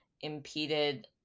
impeded